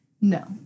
no